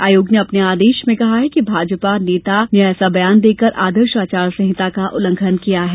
आयोग ने अपने आदेश में कहा है कि भाजपा नेता ने ऐसा बयान देकर आदर्श आचार संहिता का उल्लंघन किया है